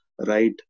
right